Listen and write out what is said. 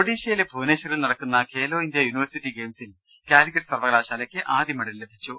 ഒഡീഷയിലെ ഭൂവനേശ്വറിൽ നടക്കുന്ന ഖേലോ ഇന്ത്യ യൂണിവേഴ്സിറ്റി ഗെയിംസിൽ കാലിക്കറ്റ് സർവകലാശാലക്ക് ആദ്യമെഡൽ ലഭിച്ചു